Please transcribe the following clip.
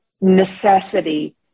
necessity